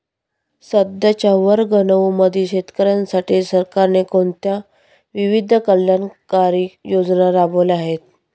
सध्याच्या वर्ग नऊ मधील शेतकऱ्यांसाठी सरकारने कोणत्या विविध कल्याणकारी योजना राबवल्या आहेत?